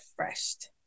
refreshed